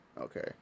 Okay